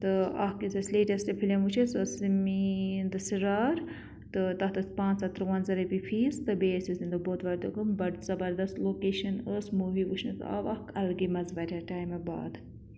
تہٕ اَکھ یُس اَسہِ لیٹیسٹ فلم وٕچھ اسہِ سۄ ٲس سمیٖند سِرار تہٕ تَتھ ٲس پانٛژھ ہَتھ تُرٛوَنزاہ رۄپیہِ فیٖس تہٕ بیٚیہِ ٲسۍ أسۍ تَمہِ دۄہ بودوارِ دۄہ گٔمٕتۍ بَڈٕ زَبَردَس لوکیشَن ٲس موٗوِی وٕچھنَس آو اَکھ الگٕے مَزٕ واریاہ ٹایمہٕ بعد